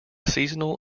seasonal